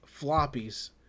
floppies